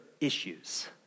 issues